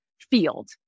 field